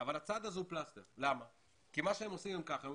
אבל הצעד הזה הוא פלסטר כי הם אומרים,